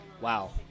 Wow